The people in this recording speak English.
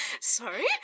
Sorry